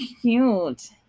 cute